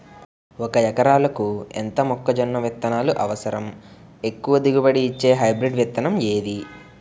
ఒక ఎకరాలకు ఎంత మొక్కజొన్న విత్తనాలు అవసరం? ఎక్కువ దిగుబడి ఇచ్చే హైబ్రిడ్ విత్తనం ఏది?